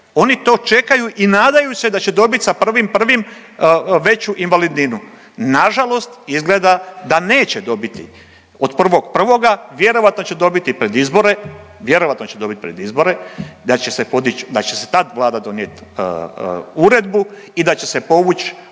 oni to čekaju i nadaju se da će dobit za 1.1. veću invalidninu. Nažalost izgleda da neće dobiti od 1.1., vjerojatno će dobiti pred izbore, vjerojatno će dobit pred izbore, da će se podić,